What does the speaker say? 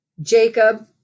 Jacob